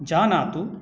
जानातु